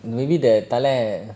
maybe the Thala